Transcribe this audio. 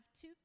two